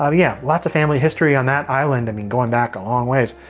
ah yeah, lots of family history on that island, i mean going back a long ways.